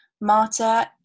Marta